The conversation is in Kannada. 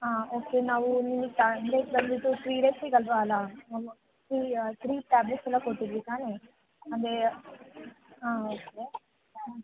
ಹಾಂ ಓಕೆ ನಾವು ನಿಮಗೆ ಟಾಬ್ಲೆಟ್ ಬಂದುಬಿಟ್ಟು ಥ್ರೀ ಡೇಸಿಗೆ ಅಲ್ವಾಲಾ ಥ್ರೀ ಥ್ರೀ ಟಾಬ್ಲೆಟ್ಸ್ ಎಲ್ಲ ಕೊಟ್ಟಿದ್ವಿ ತಾನೆ ಅಂದರೆ ಹಾಂ ಓಕೆ